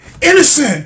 innocent